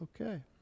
Okay